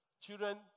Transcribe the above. Children